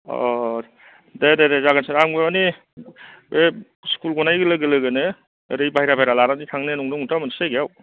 अ' दे दे जागोन सार आंबो माने बे स्कुल गनाय लोगो लोगोनो बायह्रा बायह्रा लानानै थांनो नंदोंमोनथ' मोनसे जायगाआव